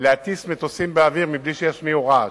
להטיס מטוסים באוויר בלי שישמיעו רעש.